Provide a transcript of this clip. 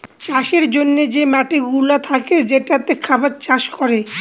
চাষের জন্যে যে মাটিগুলা থাকে যেটাতে খাবার চাষ করে